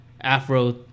afro